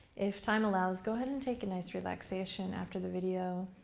if time allows, go ahead and take a nice relaxation after the video,